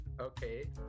okay